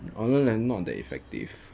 online like not that effective